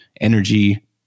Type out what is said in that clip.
energy